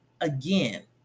again